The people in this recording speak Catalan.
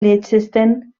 liechtenstein